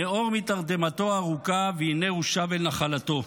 ניעור מתרדמתו הארוכה והינה הוא שב אל נחלתו.